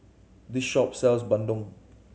this shop sells Bandung